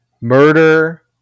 Murder